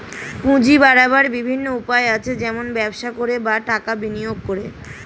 পুঁজি বাড়াবার বিভিন্ন উপায় আছে, যেমন ব্যবসা করে, বা টাকা বিনিয়োগ করে